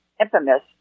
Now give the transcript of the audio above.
infamous